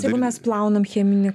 jeigu mes plaunam cheminį